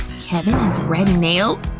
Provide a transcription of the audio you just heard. kevin has red nails?